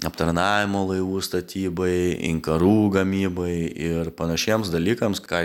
aptarnavimo laivų statybai inkarų gamybai ir panašiems dalykams ką